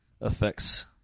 affects